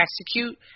execute